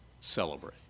celebrate